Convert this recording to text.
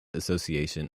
association